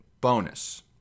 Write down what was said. bonus